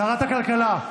שרת הכלכלה,